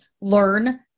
learn